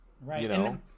Right